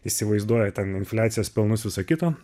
įsivaizduoja ten infliacijos pelnus visą kitą